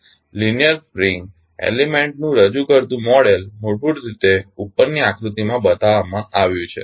linear spring એલીમેન્ટનું રજુ કરતું મોડેલ મૂળભૂત રીતે ઉપરની આકૃતિમાં બતાવવામાં આવ્યું છે